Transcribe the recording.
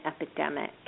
Epidemic